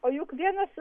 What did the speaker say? o juk vienas